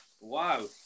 Wow